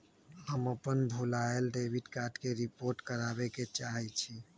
हम अपन भूलायल डेबिट कार्ड के रिपोर्ट करावे के चाहई छी